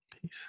Peace